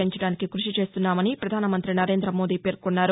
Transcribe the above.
పెంచడానికి కృషి చేస్తున్నామని పధాన మంతి నరేంద మోదీ పేర్కొన్నారు